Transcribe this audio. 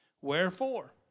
Wherefore